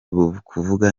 kuvuga